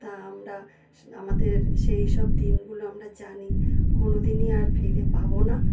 তা আমরা আমাদের সেই সব দিনগুলো আমরা জানি কোন দিনই আর ফিরে পাব না